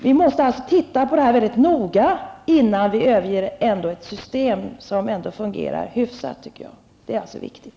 Vi måste alltså titta noga på det här innan vi överger ett system som ändå fungerar hyfsat. Det är viktigt.